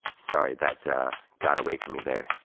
sorry, that got away from me there.